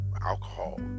alcohol